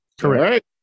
Correct